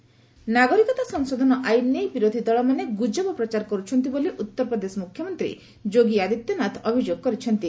UP CM ଏମ୍ ନାଗରିକତା ସଂଶୋଧନ ଆଇନ ନେଇ ବିରୋଧୀ ଦଳମାନେ ଗୁଜବ ପ୍ରଚାର କରୁଛନ୍ତି ବୋଲି ଉତ୍ତରପ୍ରଦେଶ ମୁଖ୍ୟମନ୍ତ୍ରୀ ଯୋଗୀ ଆଦିତ୍ୟନାଥ ଅଭିଯୋଗ କରିଛନ୍ତି